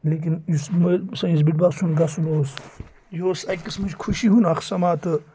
لیکِن یُس سٲنِس بٕڈبب سُنٛد گژھُن اوس یہِ اوس اَکِس منٛز خوشی ہُنٛد اَکھ سَما تہٕ